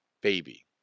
baby